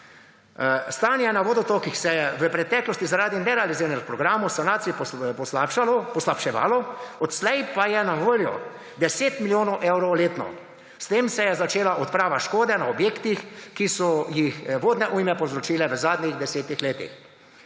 Stanje na vodotokih se je v preteklosti zaradi nerealiziranih programov sanacij poslabševalo, odslej pa je na voljo 10 milijonov evrov letno. S tem se je začela odprava škode na objektih, ki so jo vodne ujme povzročile v zadnjih 10 letih.